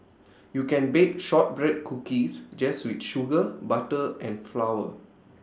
you can bake Shortbread Cookies just with sugar butter and flour